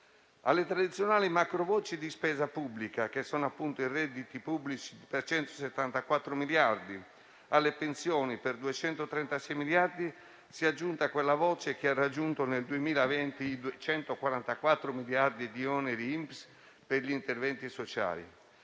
Alle tradizionali macrovoci di spesa pubblica che sono appunto i redditi pubblici per 174 miliardi, alle pensioni per 236 miliardi, si è aggiunta quella voce che ha raggiunto nel 2020 i 144 miliardi di oneri INPS per gli interventi sociali,